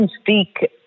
speak